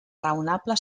raonable